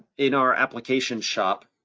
in our application shop,